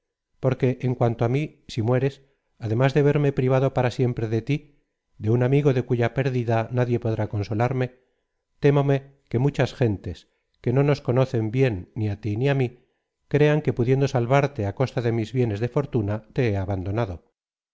porque en cuanto á mí si mueres además de verme privado para siempre de tí de un amigo de cuya pérdida nadie podrá consolarme temóme que muchas gentes que no nos conocen bien ni á tí ni á mí crean que pudiendo salvar á costa de mis bienes de fortuna te he abandonado